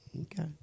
Okay